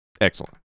Excellent